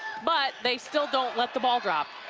but they still don't let the ball drop.